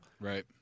Right